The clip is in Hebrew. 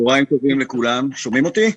בבקשה.